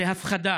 זה הפחדה.